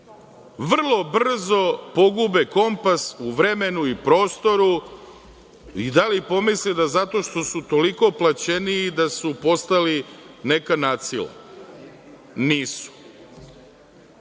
vrlo brzo pogube kompas u vremenu i prostoru. Da li pomisle da zato što su toliko plaćeniji da su postali neka nadsila? Nisu.